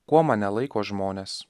kuo mane laiko žmonės